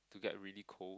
to get really cold